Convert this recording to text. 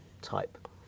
type